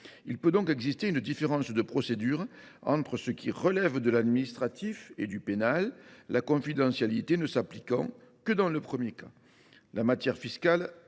Il peut donc exister une différence de procédure entre ce qui relève de l’administratif et ce qui relève du pénal, la confidentialité ne s’appliquant que dans le premier cas. La matière fiscale,